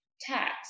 tax